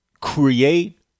create